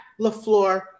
LaFleur